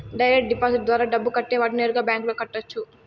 direct deposit ద్వారా డబ్బు కట్టేవాడు నేరుగా బ్యాంకులో కట్టొచ్చు